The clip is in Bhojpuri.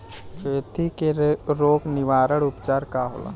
खेती के रोग निवारण उपचार का होला?